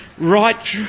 right